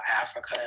Africa